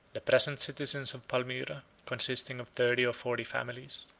the present citizens of palmyra, consisting of thirty or forty families,